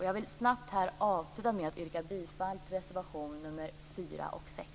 Jag vill snabbt avsluta med att yrka bifall till reservation nr 4 och 6.